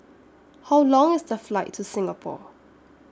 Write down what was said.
How Long IS The Flight to Singapore